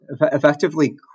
effectively